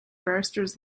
barristers